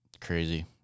crazy